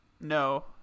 No